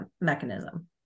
mechanism